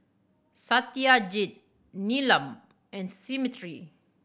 Satyajit Neelam and Smriti